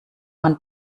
man